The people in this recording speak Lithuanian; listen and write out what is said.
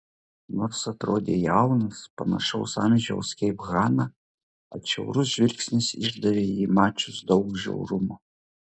nors atrodė jaunas panašaus amžiaus kaip hana atšiaurus žvilgsnis išdavė jį mačius daug žiaurumo